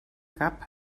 cap